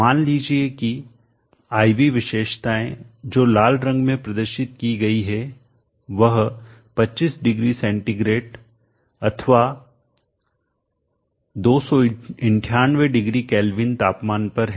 मान लीजिए की I V विशेषताएं जो लाल रंग में प्रदर्शित की गई है वह 25 डिग्री सेंटीग्रेड अथवा 298 डिग्री केल्विन तापमान पर है